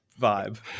vibe